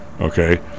Okay